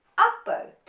up bow,